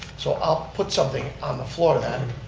so i'll put something on the floor then.